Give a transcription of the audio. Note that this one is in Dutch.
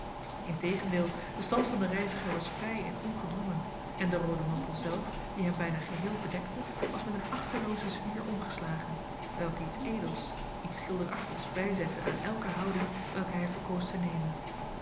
in tegendeel de stand van den reiziger was vrij en ongedwongen en de roode mantel zelf die hem bijna geheel bedekte was met een achteloozen zwier omgeslagen welke iets edels iets schilderachtigs bijzette aan elke houding welke hij verkoos te nemen